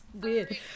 Weird